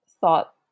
thought